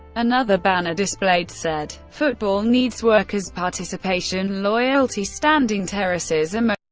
another banner displayed said football needs workers' participation, loyalty, standing terraces, um ah